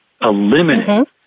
Eliminate